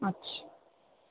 अछा